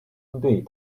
针对